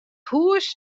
hús